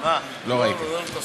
לא ראיתי.